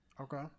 Okay